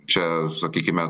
čia sakykime